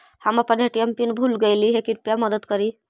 हम अपन ATM pin भूल गईली हे, कृपया मदद करी